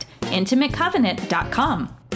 IntimateCovenant.com